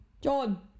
John